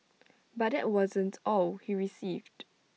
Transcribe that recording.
but that wasn't all he received